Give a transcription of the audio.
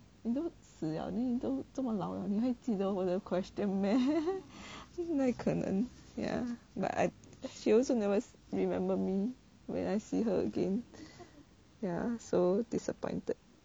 like 你都死了 then 你都这么老了你还会记得我的 question meh 就是哪里可能 ya but I she also never remember me when I see her again ya so disappointed